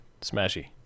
Smashy